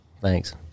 Thanks